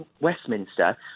Westminster